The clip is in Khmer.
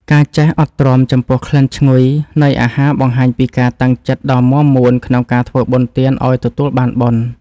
ការចេះអត់ទ្រាំចំពោះក្លិនឈ្ងុយនៃអាហារបង្ហាញពីការតាំងចិត្តដ៏មាំមួនក្នុងការធ្វើបុណ្យទានឱ្យទទួលបានបុណ្យ។